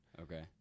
Okay